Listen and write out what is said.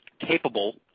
capable